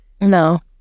No